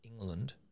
England